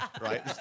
right